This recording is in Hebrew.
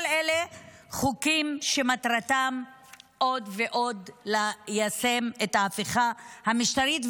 כל אלה חוקים שמטרתם ליישם עוד ועוד את ההפיכה המשטרית,